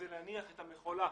להניח את המכולה,